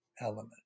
element